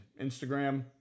Instagram